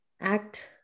act